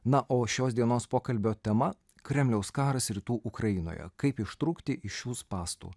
na o šios dienos pokalbio tema kremliaus karas rytų ukrainoje kaip ištrūkti iš šių spąstų